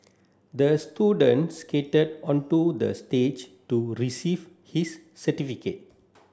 the student skated onto the stage to receive his certificate